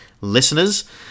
listeners